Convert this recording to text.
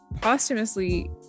posthumously